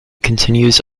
continues